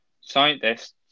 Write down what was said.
Scientists